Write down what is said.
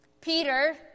Peter